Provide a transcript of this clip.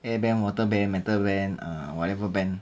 air bend water bend metal bend err whatever bend